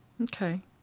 Okay